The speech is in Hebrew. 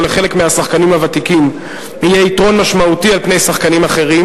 לחלק מהשחקנים הוותיקים יהיה יתרון משמעותי על פני שחקנים אחרים,